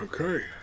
Okay